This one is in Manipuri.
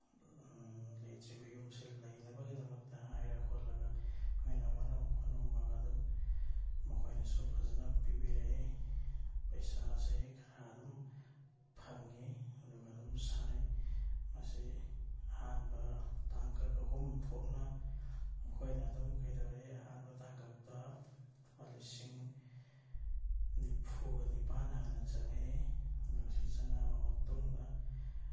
ꯂꯩꯇ꯭ꯔꯤꯕ ꯌꯨꯝꯁꯦ ꯂꯩꯅꯕꯒꯤꯗꯃꯛꯇ ꯍꯥꯏꯔ ꯈꯣꯠꯂꯒ ꯑꯩꯈꯣꯏꯅ ꯋꯥꯅꯣꯝ ꯈꯣꯠꯅꯣꯝꯃꯒ ꯑꯗꯨꯝ ꯃꯈꯣꯏꯅꯁꯨ ꯐꯖꯅ ꯄꯤꯕꯤꯔꯛꯏ ꯄꯩꯁꯥꯁꯦ ꯈꯔ ꯑꯗꯨꯝ ꯐꯪꯉꯤ ꯑꯗꯨꯒ ꯑꯗꯨꯝ ꯁꯥꯏ ꯃꯁꯤ ꯑꯍꯥꯟꯕ ꯇꯥꯡꯀꯛ ꯑꯍꯨꯝ ꯊꯣꯛꯅ ꯃꯈꯣꯏꯅ ꯑꯗꯨꯝ ꯀꯩꯗꯧꯔꯛꯏ ꯑꯍꯥꯟꯕ ꯇꯥꯡꯀꯛꯇ ꯂꯨꯄꯥ ꯂꯤꯁꯤꯡ ꯅꯤꯐꯨꯒ ꯅꯤꯄꯥꯟ ꯍꯥꯟꯅ ꯆꯪꯉꯛꯏ ꯑꯗꯨꯒ ꯁꯤ ꯆꯪꯉꯛꯑꯕ ꯃꯇꯨꯡꯗ